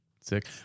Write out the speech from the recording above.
Sick